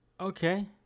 Okay